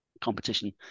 competition